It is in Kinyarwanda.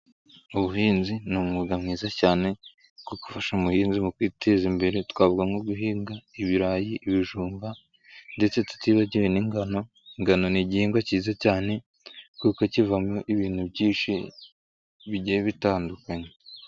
Ubuhinzi ni umwuga mwiza cyane wo gufasha umuhinzi mu kwiteza imbere, twavuga nko guhinga ibirayi, ibijumba ndetse tutibagiwe n'ingano, ingano ni igihingwa cyiza cyane kuko kuko kivamo ibintu byinshi bigiye bitandukanye.